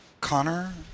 Connor